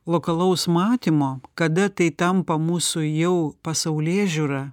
lokalaus matymo kada tai tampa mūsų jau pasaulėžiūra